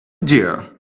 dear